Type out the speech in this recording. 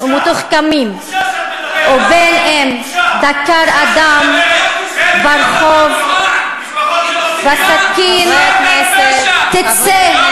בין אם בנה הרג חפים מפשע בעזה או